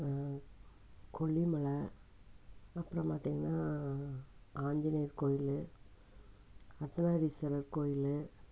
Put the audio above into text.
கொல்லிமலை அப்புறம் பார்த்திங்கன்னா ஆஞ்சநேயர் கோவிலு அர்த்தநாதீஸ்வரர் கோவிலு